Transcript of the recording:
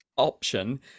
option